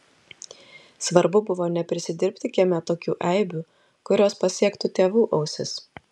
svarbu buvo neprisidirbti kieme tokių eibių kurios pasiektų tėvų ausis